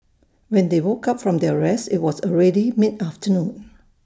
when they woke up from their rest IT was already mid afternoon